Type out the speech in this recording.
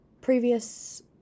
previous